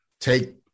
take